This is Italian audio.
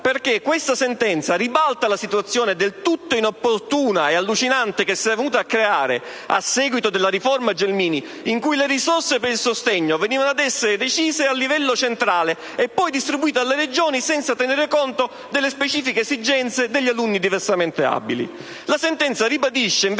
perché ribalta la situazione, del tutto inopportuna e allucinante, che si era venuta a creare a seguito della riforma Gelmini, in cui le risorse per il sostegno venivano decise a livello centrale e poi distribuite alle Regioni senza tenere conto delle specifiche esigenze degli alunni diversamente abili.